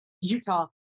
Utah